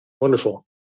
Wonderful